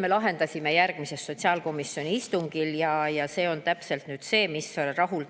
me lahendasime järgmisel sotsiaalkomisjoni istungil. See on täpselt see, mis rahuldas